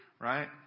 right